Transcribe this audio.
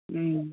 ओम